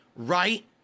Right